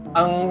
ang